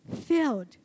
filled